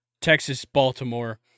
Texas-Baltimore